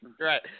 right